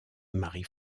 marie